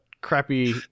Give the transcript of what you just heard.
crappy